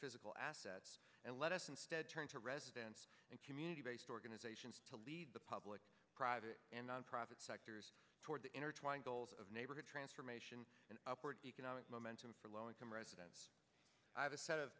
physical assets and let us instead turn to residents and community based organizations to lead the public private and nonprofit sectors toward the intertwined goals of neighborhood transformation and upward economic momentum for low income residents i have a set of